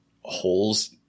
holes